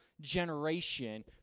generation